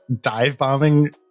dive-bombing